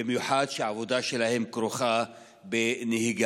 במיוחד כשהעבודה שלהם כרוכה בנהיגה.